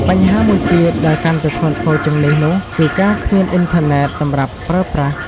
បញ្ហាមួយទៀតដែលកាន់តែធ្ងន់ធ្ងរជាងនេះនោះ គឺការគ្មានអ៊ីនធឺណិតសម្រាប់ប្រើប្រាស់។